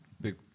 big